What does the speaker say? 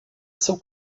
seu